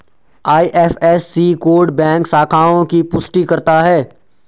IFSC code bank शाखाओं की पुष्टि करता है